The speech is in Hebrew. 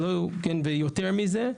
ויותר מזה,